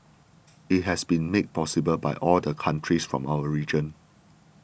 it has been made possible by all the countries from our region